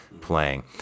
playing